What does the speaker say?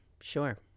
Sure